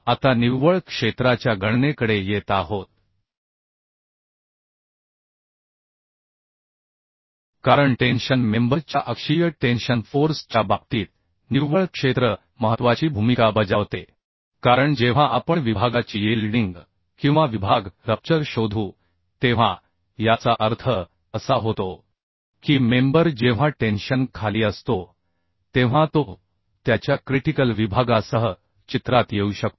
आता निव्वळ क्षेत्राच्या गणनेकडे येत आहोत कारण टेन्शन मेंबर च्या अक्षीय टेन्शन फोर्स च्या बाबतीत निव्वळ क्षेत्र महत्वाची भूमिका बजावते कारण जेव्हा आपण विभागाची यील्डिंग किंवा विभाग रप्चर शोधू तेव्हा याचा अर्थ असा होतो की मेंबर जेव्हा टेन्शन खाली असतो तेव्हा तो त्याच्या क्रिटिकल विभागासह चित्रात येऊ शकतो